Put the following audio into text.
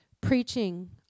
preaching